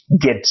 get